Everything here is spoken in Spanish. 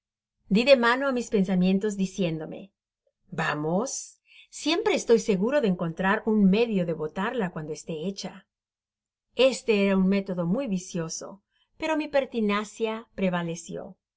di de mano á mis pensamientos diciéndome vamos siempre estoy seguro de encontrar ún medio de botarla cuando esté heeba este era un método muy vicioso pero mi pertinacia prevalecio y